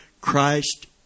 Christ